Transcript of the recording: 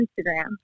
Instagram